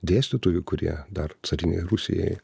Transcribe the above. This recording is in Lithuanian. dėstytojų kurie dar carinei rusijai